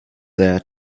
there